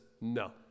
no